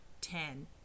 ten